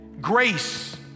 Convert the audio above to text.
Grace